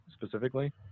specifically